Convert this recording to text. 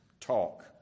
Talk